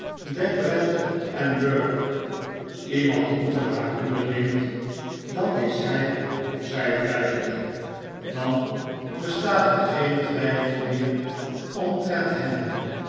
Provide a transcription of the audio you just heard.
burke iemand onder haar hoede neemt dan is hij of zij veilig dan bestaat er geen twijfel meer omtrent hen